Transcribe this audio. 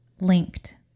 linked